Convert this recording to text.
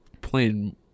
playing